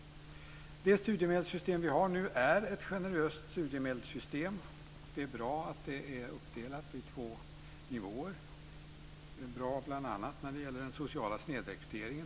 Det studiemedelssystem vi har nu är generöst. Det är bra att det är uppdelat i två nivåer. Det är bl.a. bra med tanke på den sociala snedrekryteringen.